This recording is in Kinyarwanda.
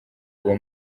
uwo